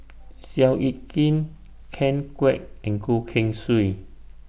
Seow Yit Kin Ken Kwek and Goh Keng Swee